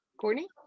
Courtney